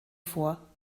vor